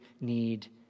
need